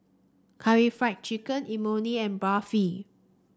Karaage Fried Chicken Imoni and Barfi